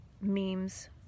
memes